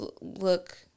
look